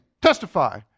testify